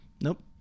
Nope